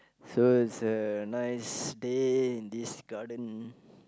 so it's a nice day in this garden